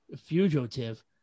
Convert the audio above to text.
Fugitive